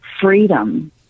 freedom